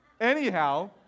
anyhow